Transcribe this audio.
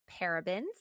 parabens